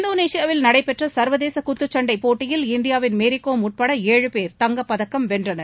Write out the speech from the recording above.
இந்தோளேஷியாவில் நடைபெற்ற சர்வதேச குத்துச்சண்டை போட்டியில் இந்தியாவின் மேரி கோம் உட்பட ஏழு பேர் தங்கப்பதக்கம் வென்றனர்